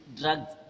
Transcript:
drugs